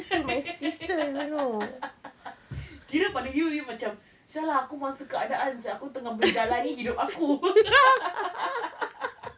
kira pada you you macam !siala! aku mangsa keadaan seh aku tengah menjalani hidup aku